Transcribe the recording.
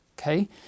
Okay